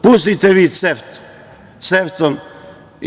Pustite vi CEFTA-u.